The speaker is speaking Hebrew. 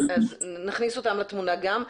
אז נכניס אותם לתמונה גם.